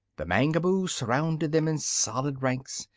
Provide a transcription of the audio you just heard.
the mangaboos surrounded them in solid ranks,